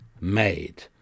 made